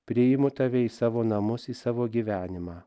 priimu tave į savo namus į savo gyvenimą